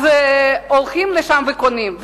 אז הולכים לשם וקונים.